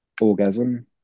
orgasm